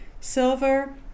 Silver